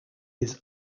his